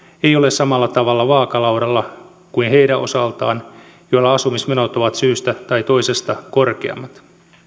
ei ole samalla tavalla vaakalaudalla kuin heidän osaltaan joilla asumismenot ovat syystä tai toisesta korkeammat